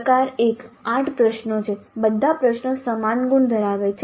પ્રકાર 1 8 પ્રશ્નો છે બધા પ્રશ્નો સમાન ગુણ ધરાવે છે